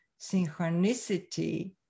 synchronicity